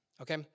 Okay